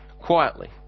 quietly